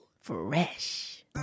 Fresh